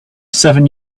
seven